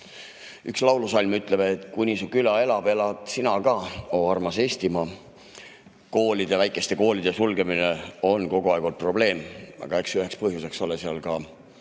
Üks laulusalm ütleb, et kuni su küla elab, elad sina ka, oo armas Eestimaa! Väikeste koolide sulgemine on kogu aeg olnud probleem, aga eks üheks põhjuseks ole seal ka